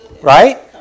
Right